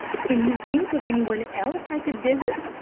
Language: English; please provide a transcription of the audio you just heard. can you think of any one else i could visit?